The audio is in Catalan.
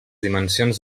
dimensions